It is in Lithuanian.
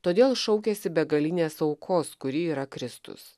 todėl šaukiasi begalinės aukos kuri yra kristus